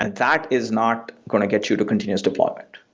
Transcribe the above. and that is not going to get you to continuous deployment.